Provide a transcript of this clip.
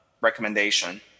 recommendation